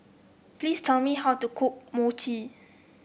please tell me how to cook Mochi